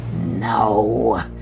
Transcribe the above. No